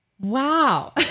Wow